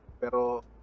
pero